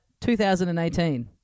2018